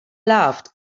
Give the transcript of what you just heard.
laughed